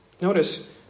Notice